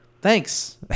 thanks